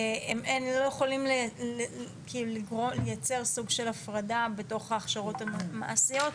לא יכולים לייצר סוג של הפרדה בתוך ההכשרות המעשיות.